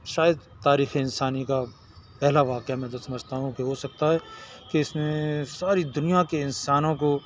شاید تاریخ انسانی کا پہلا واقعہ میں تو سمجھتا ہوں کہ ہو سکتا ہے کہ اس نے ساری دنیا کے انسانوں کو